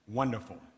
wonderful